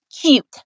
cute